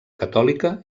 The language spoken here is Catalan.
catòlica